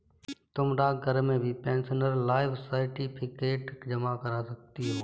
तुम डाकघर में भी पेंशनर लाइफ सर्टिफिकेट जमा करा सकती हो